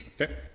Okay